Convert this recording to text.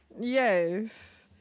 yes